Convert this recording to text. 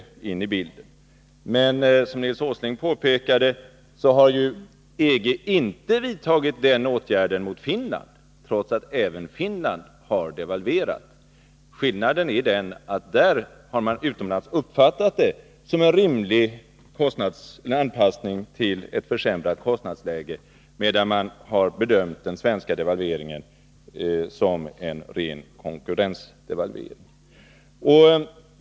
Men som Nils Åsling påpekade har ju EG inte vidtagit sådana åtgärder mot Finland, trots att även Finland har devalverat. Skillnaden är den att man utomlands har uppfattat den finska devalveringen som en rimlig anpassning till ett försämrat kostnadsläge medan man bedömt den svenska devalveringen som en ren konkurrensdevalvering.